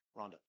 Rhonda